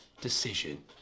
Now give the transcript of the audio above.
decision